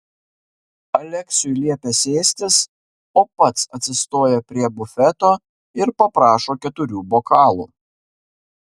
aleksiui liepia sėstis o pats atsistoja prie bufeto ir paprašo keturių bokalų